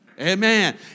Amen